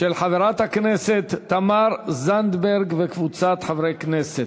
של חברת הכנסת תמר זנדברג וקבוצת חברי הכנסת.